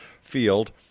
field